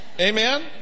Amen